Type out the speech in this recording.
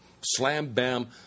slam-bam